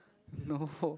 no